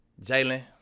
Jalen